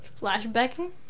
Flashbacking